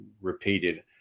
repeated